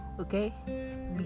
okay